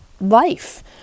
life